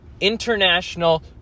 international